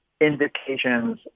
indications